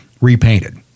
repainted